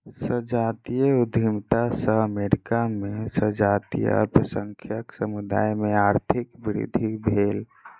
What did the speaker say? संजातीय उद्यमिता सॅ अमेरिका में संजातीय अल्पसंख्यक समुदाय में आर्थिक वृद्धि भेल